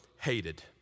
hated